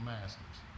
Masters